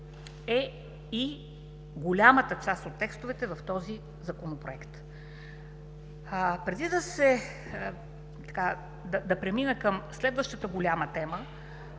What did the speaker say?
е и голямата част от текстовете в този Законопроект. Преди да премина към следващата голяма тема